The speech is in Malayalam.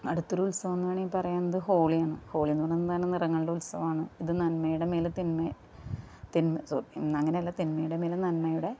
അടുത്തൊരുത്സവം എന്ന് വേണേല് പറയാവുന്നത് ഹോളിയാണ് ഹോളീ എന്ന് പറഞ്ഞാൽ എന്താണ് നിറങ്ങള്ടെ ഉത്സവമാണ് ഇത് നന്മയുടെ മേലെത്തിന്മെ തിന്മ സോ അങ്ങനെയല്ല തിന്മയുടെ മേലെ നന്മയുടെ